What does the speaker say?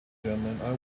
gentlemen